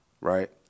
right